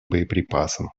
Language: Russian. боеприпасам